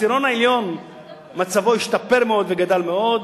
העשירון העליון מצבו השתפר מאוד וגדל מאוד,